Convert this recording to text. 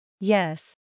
Yes